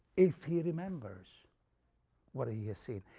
if he remembers what he has seen.